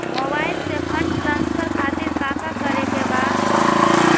Mobile से fund transfer खातिर काका करे के बा?